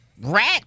rat